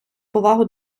повагу